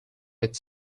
its